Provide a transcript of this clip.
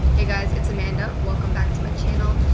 hey guys, it's amanda. welcome back to my channel.